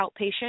outpatient